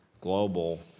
global